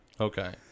Okay